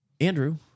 Andrew